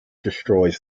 destroys